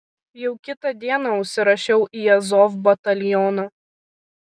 jau kitą dieną užsirašiau į azov batalioną